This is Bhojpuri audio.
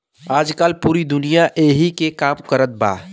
आजकल पूरी दुनिया ऐही से काम कारत बा